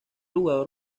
jugador